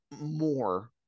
more